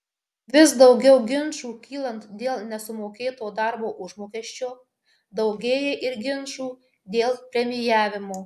vis daugiau ginčų kylant dėl nesumokėto darbo užmokesčio daugėja ir ginčų dėl premijavimo